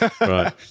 Right